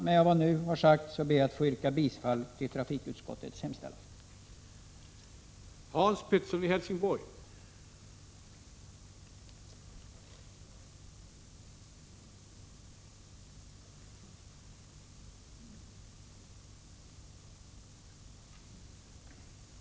Med vad jag nu sagt ber jag att få yrka bifall till trafikutskottets hemställan.